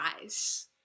eyes